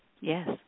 Yes